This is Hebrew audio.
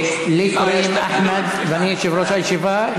לי קוראים אחמד, ואני יושב-ראש הישיבה.